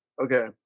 Okay